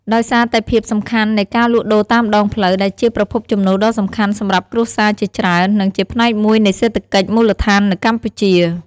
ដោយសារតែភាពសំខាន់នៃការលក់ដូរតាមដងផ្លូវ ដែលជាប្រភពចំណូលដ៏សំខាន់សម្រាប់គ្រួសារជាច្រើន និងជាផ្នែកមួយនៃសេដ្ឋកិច្ចមូលដ្ឋាននៅកម្ពុជា។